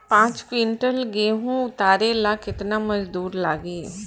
पांच किविंटल गेहूं उतारे ला केतना मजदूर लागी?